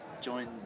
join